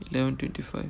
eleven thirty five